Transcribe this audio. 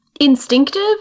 instinctive